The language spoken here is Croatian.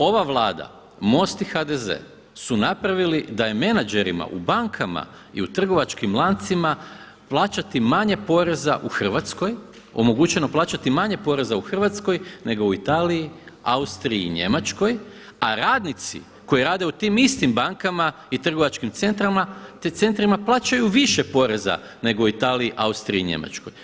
Ova Vlada MOST i HDZ su napravili da je menadžerima u bankama i u trgovačkim lancima plaćati manje poreza u Hrvatskoj omogućeno plaćati manje poreza u Hrvatskoj nego u Italiji, Austriji i Njemačkoj a radnici koji rade u tim istim bankama i trgovačkim centrima plaćaju više poreza nego u Italiji, Austriji i Njemačkoj.